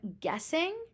guessing